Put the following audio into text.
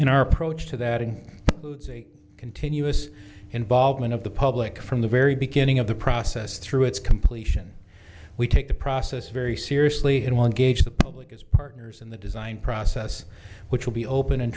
in our approach to that in continuous involvement of the public from the very beginning of the process through its completion we take the process very seriously in one gauge the public partners in the design process which will be open and